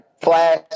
Flash